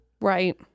Right